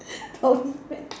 only fair